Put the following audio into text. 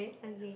okay